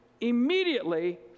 immediately